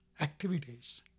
activities